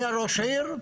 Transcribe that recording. היה ראש עיר,